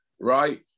right